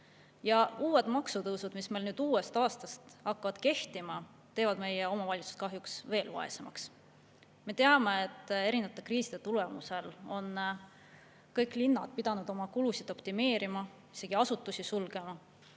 Uued maksutõusud, mis meil nüüd uuest aastast hakkavad kehtima, teevad meie omavalitsused kahjuks veel vaesemaks. Me teame, et erinevate kriiside tulemusel on kõik linnad pidanud oma kulusid optimeerima, isegi asutusi sulgema,